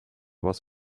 was